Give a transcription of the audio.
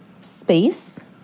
space